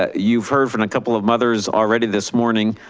ah you've heard from a couple of mothers already this morning.